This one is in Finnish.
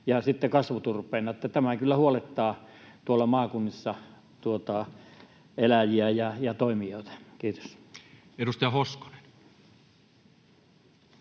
kasvuturpeena. Tämä kyllä huolettaa tuolla maakunnissa eläjiä ja toimijoita. — Kiitos. Edustaja Hoskonen.